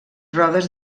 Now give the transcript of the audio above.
rodes